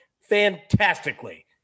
fantastically